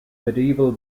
medieval